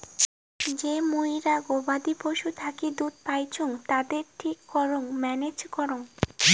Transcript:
যে মুইরা গবাদি পশুর থাকি দুধ পাইচুঙ তাদের ঠিক করং ম্যানেজ করং